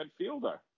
midfielder